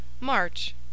March